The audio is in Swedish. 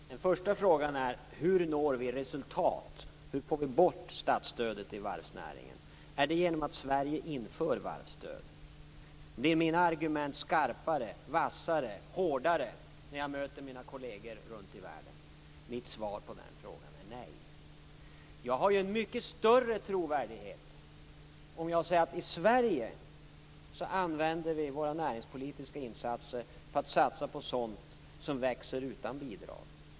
Fru talman! Först gäller det följande: Hur når vi resultat och hur får vi bort statsstödet i varvsnäringen? Uppnår vi det genom att Sverige inför varvsstöd? Blir mina argument skarpare, vassare eller hårdare när jag möter min kolleger runt om i världen? Mitt svar är nej. Jag har ju mycket större trovärdighet om jag säger att vi i Sverige använder våra näringspolitiska insatser till att satsa på sådant som växer utan bidrag.